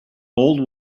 old